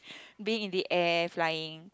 being in the air flying